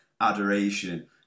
adoration